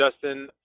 Justin